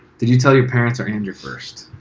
did you tell your parents or andrew first?